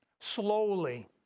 slowly